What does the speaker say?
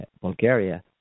Bulgaria